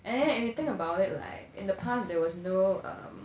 and if you think about it like in the past there was no um